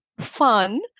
fun